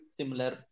similar